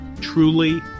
Truly